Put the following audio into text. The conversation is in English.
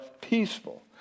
peaceful